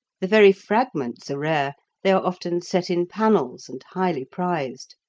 the very fragments are rare they are often set in panels, and highly prized.